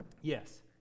Yes